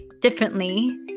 differently